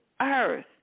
earth